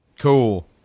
Cool